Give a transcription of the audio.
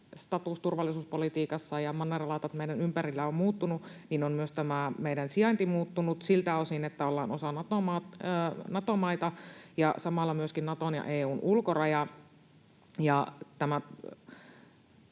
status turvallisuuspolitiikassa ja mannerlaatat meidän ympärillämme ovat muuttuneet, on myös tämä meidän sijainti muuttunut siltä osin, että ollaan osa Nato-maita ja samalla myöskin Naton ja EU:n ulkoraja. Kun